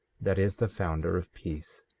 that is the founder of peace,